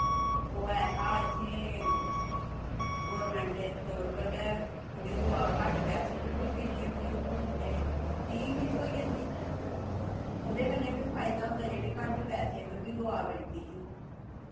ओह् है हा इत्थै गौरमैंटे दे तौर पर गै थोह्ड़ी दोआ घट्ट पैसें पर बी मिलदी होंदी ही हून ते फ्री बी थ्होई जंदी उ'दे कन्नै बी फायदा होंदा जेह्ड़ी घट्ट पैसें पर बी दोआ मिलदी ही